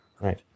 Right